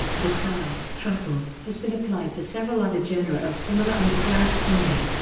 the term truffle has been applied to several other genera of similar underground fungi.